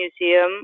Museum